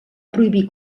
prohibir